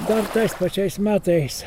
dar tais pačiais metais